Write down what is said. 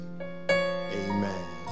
amen